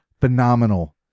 phenomenal